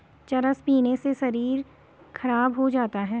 चरस पीने से शरीर खराब हो जाता है